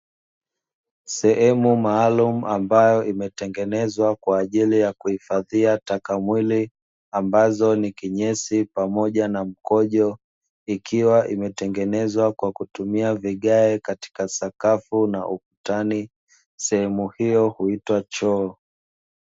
Sehemu maalum ambayo imetengenezwa kwa ajili ya kuhifadhia taka mwili, ambazo ni kinyesi pamoja na mkojo, Ikiwa imetengenezwa kwa kutumia vigae katika sakafu na ukutani, sehemu hiyo huitwa choo.